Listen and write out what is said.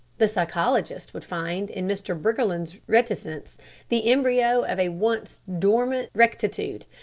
the psychologist would find in mr. briggerland's reticence the embryo of a once dominant rectitude,